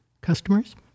customers